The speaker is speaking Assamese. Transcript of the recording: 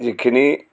যিখিনি